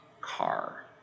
car